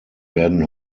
werden